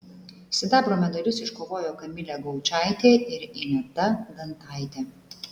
sidabro medalius iškovojo kamilė gaučaitė ir ineta dantaitė